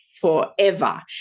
forever